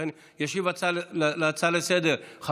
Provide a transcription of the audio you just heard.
לכן ישיב על ההצעה לסדר-היום מכובדי,